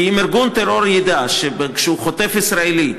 כי אם ארגון טרור ידע שכשהוא חוטף ישראלי,